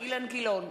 אילן גילאון,